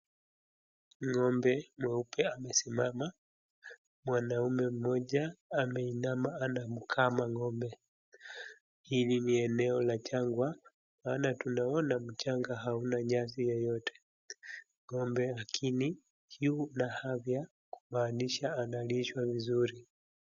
Ng'ombe mweupe amesimama na mwaaume mmoja ameinima anamkama ng'ombe. Hili ni eneo la jagwa maana tunaona mchanga hauna nyasi yoyote. Ng'ombe hana kiu na ana afya kumaanisha analishwa vizuri.